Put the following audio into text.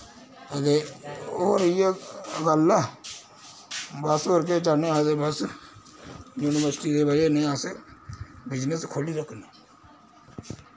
अग्गे और इयै गल्ल ऐ बस और केह् चाहने अस बस यूनिवेस्टी दी वजह कन्नै अस बिजनेस खोह्ली सकने